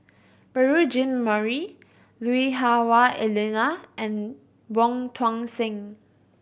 Beurel Jean Marie Lui Hah Wah Elena and Wong Tuang Seng